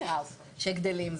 inhouse שגדלים.